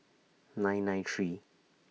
nine nine three